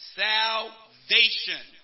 salvation